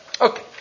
Okay